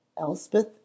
Elspeth